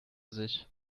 sich